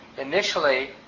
initially